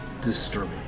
disturbing